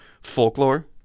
folklore